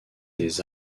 des